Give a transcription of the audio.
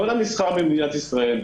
כל המסחר במדינת ישראל,